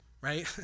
right